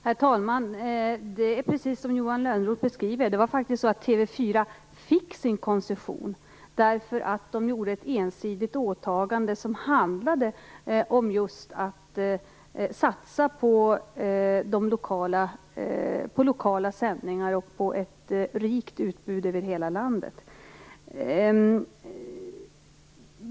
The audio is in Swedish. Herr talman! Det är precis som Johan Lönnroth beskriver. TV 4 fick faktiskt sin koncession därför att man gjorde ett ensidigt åtagande som just handlade om att satsa på lokala sändningar och på ett rikt utbud över hela landet.